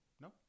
No